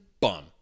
bum